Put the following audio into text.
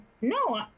no